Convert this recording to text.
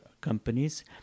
companies